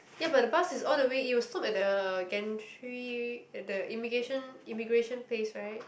ya but the bus is all the way it will stop at the gantry at the immigration immigration place right